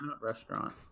Restaurant